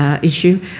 ah issue.